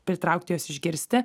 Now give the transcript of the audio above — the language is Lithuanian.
pritraukti juos išgirsti